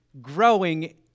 growing